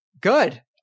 good